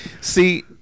See